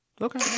Okay